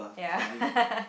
ya